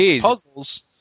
puzzles